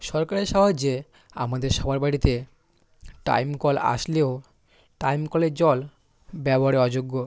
সরকারের সাহায্যে আমাদের সবার বাড়িতে টাইম কল আসলেও টাইম কলের জল ব্যবহারের অযোগ্য